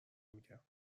میگم